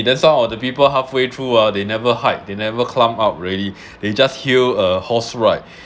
then some of the people halfway through ah they never hike they never climbed up already they just hail a horse ride